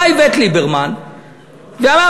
בא איווט ליברמן ואמר,